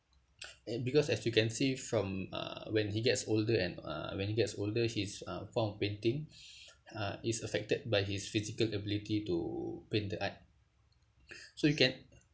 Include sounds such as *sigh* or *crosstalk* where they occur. *noise* and because as you can see from uh when he gets older and uh when he gets older his uh form of painting *breath* uh is affected by his physical ability to paint the art *breath* so you can